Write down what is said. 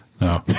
No